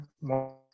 More